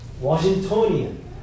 Washingtonian